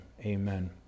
amen